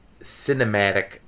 cinematic